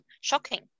shocking